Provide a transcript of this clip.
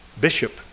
bishop